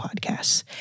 Podcasts